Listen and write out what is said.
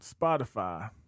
Spotify